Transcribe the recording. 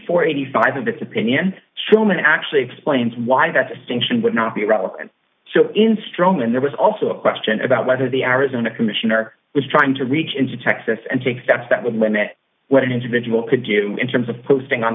forty five this opinion shulman actually explains why that distinction would not be relevant in strong and there was also a question about whether the arizona commissioner was trying to reach into texas and take steps that would limit what an individual could do in terms of posting on